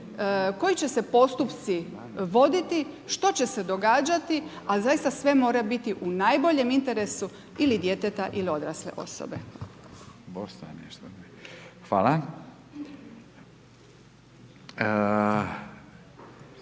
koji će se postupci voditi, što će se događati, a zaista sve mora biti u najboljem interesu ili djeteta, ili odrasle osobe.